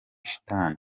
shitani